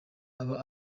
aba